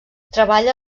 treballa